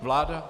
Vláda?